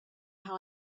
how